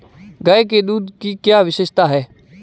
गाय के दूध की क्या विशेषता है?